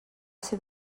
ser